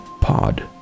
pod